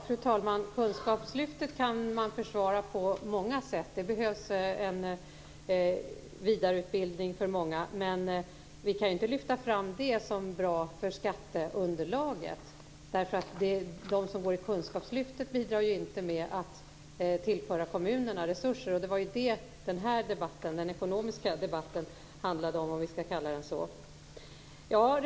Fru talman! Kunskapslyftet kan försvaras på många sätt. Det behövs en vidareutbildning för många. Men vi kan ju inte hålla fram kunskapslyftet som bra för skatteunderlaget. De som ingår i kunskapslyftet bidrar inte med att tillföra kommunerna resurser, och det var detta som den ekonomiska debatten - eller vad vi skall kalla den för - handlade om.